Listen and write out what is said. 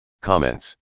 Comments